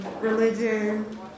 religion